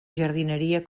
jardineria